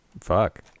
fuck